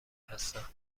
هستن